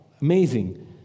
amazing